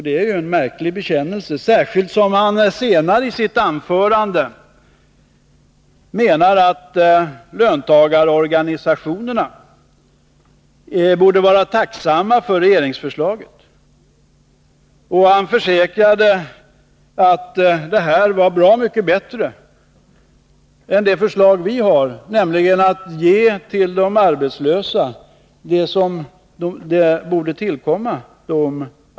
Det är ju en märklig bekännelse, särskilt som han senare i sitt anförande menade att löntagarorganisationerna borde vara tacksamma för regeringsförslaget. Han försäkrade att det var bra mycket bättre än vårt förslag, som går ut på att man skall ge till de arbetslösa det som borde tillkomma dem.